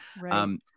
Right